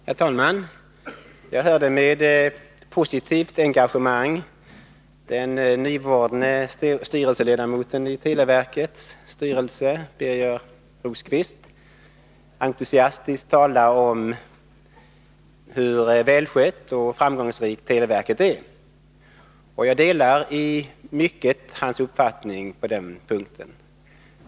Herr talman! Jag hörde med positivt engagemang den nyvordne ledamoten i televerkets styrelse Birger Rosqvist entusiastiskt tala om hur välskött och framgångsrikt televerket är. Jag delar i mycket hans uppfattning på den punkten.